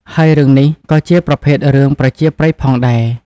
ហើយរឿងនេះ ក៏ជាប្រភេទរឿងប្រជាប្រិយផងដែរ។